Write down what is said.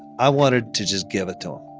i wanted to just give it to him